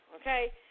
okay